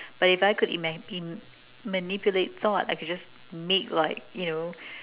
but if I could ima~ manipulate thought I could just make like you know